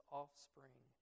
offspring